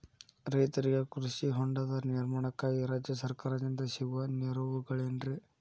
ರೈತರಿಗೆ ಕೃಷಿ ಹೊಂಡದ ನಿರ್ಮಾಣಕ್ಕಾಗಿ ರಾಜ್ಯ ಸರ್ಕಾರದಿಂದ ಸಿಗುವ ನೆರವುಗಳೇನ್ರಿ?